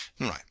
Right